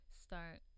start